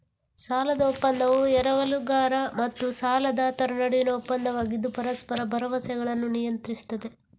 ಸಾಲದ ಒಪ್ಪಂದವು ಎರವಲುಗಾರ ಮತ್ತು ಸಾಲದಾತರ ನಡುವಿನ ಒಪ್ಪಂದವಾಗಿದ್ದು ಪರಸ್ಪರ ಭರವಸೆಗಳನ್ನು ನಿಯಂತ್ರಿಸುತ್ತದೆ